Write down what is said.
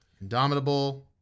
Indomitable